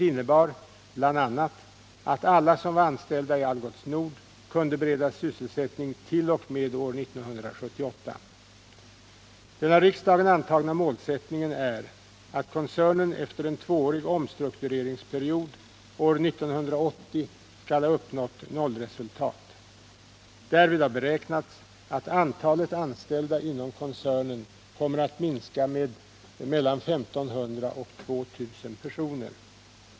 Den av riksdagen antagna målsättningen är att koncernen efter en tvåårig omstruktureringsperiod år 1980 skall ha uppnått nollresultat. Därvid har beräknats att antalet anställda inom koncernen kommer att minska med mellan 1 500 och 2000 personer.